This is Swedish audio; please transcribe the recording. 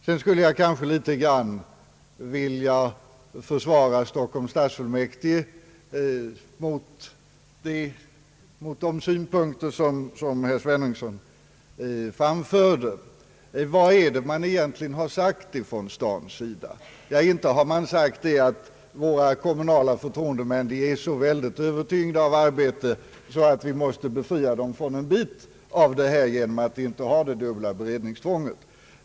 Sedan skulle jag i någon mån vilja försvara Stockholms stadsfullmäktige mot de synpunkter som herr Sveningsson framförde. Vad är det man egentligen har sagt från stadens sida? Inte har man sagt att våra kommunala förtroendemän är så överhopade av arbete att vi måste befria dem från en del av detta genom att inte ha det dubbla beredningstvånget.